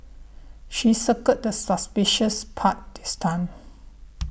she circled the suspicious part this time